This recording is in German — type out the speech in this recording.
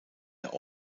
der